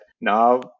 now